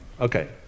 Okay